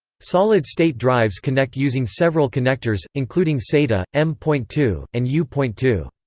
solid state drives connect using several connectors, including sata, m point two, and u point two.